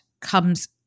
comes